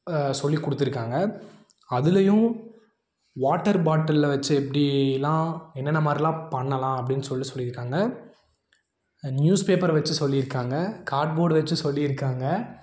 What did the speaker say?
சொல்லிக் கொடுத்துருக்காங்க அதுலேயும் வாட்டர் பாட்டிலை வைச்சு எப்படிலாம் என்னென்ன மாதிரிலாம் பண்ணலாம் அப்படினு சொல்ல சொல்லியிருக்காங்க நியூஸ் பேப்பரை வச்சு சொல்லியிருக்காங்க காட் போர்ட் வச்சு சொல்லி இருக்காங்க